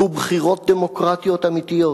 הוא בחירות דמוקרטיות אמיתיות.